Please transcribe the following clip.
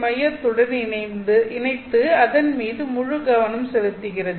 மையத்துடன் இணைத்து அதன்மீது முழு கவனமும் செலுத்தப்படுகிறது